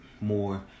more